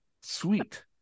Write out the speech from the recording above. Sweet